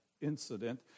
incident